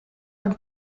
man